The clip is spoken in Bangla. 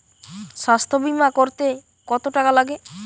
স্বাস্থ্যবীমা করতে কত টাকা লাগে?